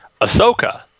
Ahsoka